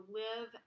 live